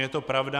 Je to pravda.